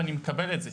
ואני מקבל את זה.